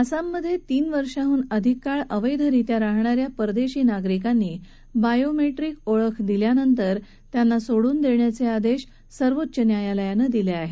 आसाममध्ये तीन वर्षाहून अधिक काळ अवैधरित्या राहणाऱ्या परदेशी नागरिकांनी बायोमेट्रीक ओळख दिल्यानंतर त्यांना सोडून देण्याचे आदेश सर्वोच्च न्यायालयानं दिले आहेत